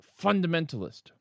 fundamentalist